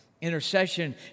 Intercession